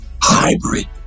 hybrid